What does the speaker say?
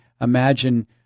imagine